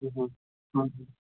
ହଁ ହଁ